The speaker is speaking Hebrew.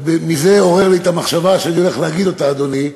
וזה עורר לי את המחשבה שאני הולך להגיד, אדוני,